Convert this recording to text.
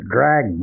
Drag